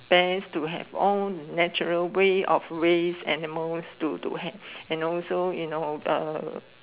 best to have own and natural way of raise animals to to have and also you know uh